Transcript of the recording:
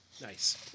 Nice